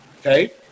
Okay